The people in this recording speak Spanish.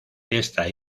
esta